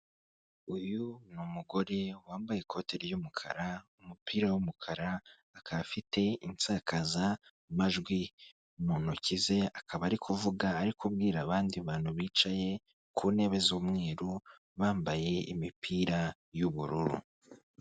Uyu ni umugore wambaye ikote ry'umukara, umupira w'umukara, akaba afite insakazamajwi mu ntoki ze, akaba ari kuvuga, ari kubwira abandi bantu bicaye ku ntebe z'umweru, bambaye imipira y'ubururu.